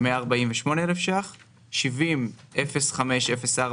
148 אלף שקלים, 700504